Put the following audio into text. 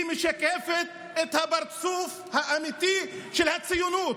היא משקפת את הפרצוף האמיתי של הציונות.